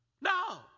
No